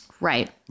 Right